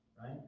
right